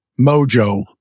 mojo